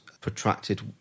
protracted